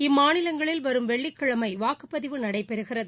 இம்மாநிலங்களில் வரும் வெள்ளிக்கிழமை வாக்குப்பதிவு நடைபெறுகிறது